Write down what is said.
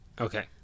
Okay